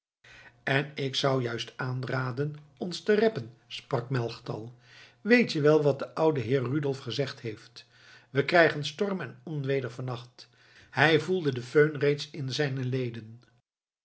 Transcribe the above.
en ik zou juist aanraden ons te reppen sprak melchtal weet je wel wat de oude heer rudolf gezegd heeft we krijgen storm en onweder van nacht hij voelde de föhn reeds in zijne leden